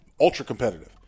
ultra-competitive